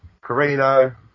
Carino